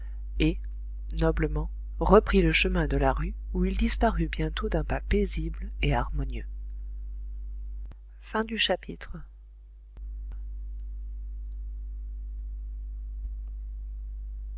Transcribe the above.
et noblement reprit le chemin de la rue où il disparut bientôt d'un pas paisible et harmonieux